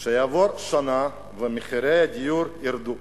שתעבור שנה ומחירי הדיור ירדו,